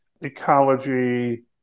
ecology